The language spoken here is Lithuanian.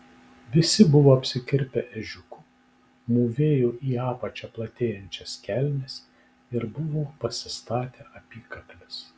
visi buvo apsikirpę ežiuku mūvėjo į apačią platėjančias kelnes ir buvo pasistatę apykakles